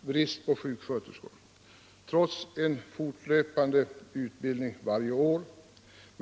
brist på sjuksköterskor, detta trots en fortlöpande utbildning varje år.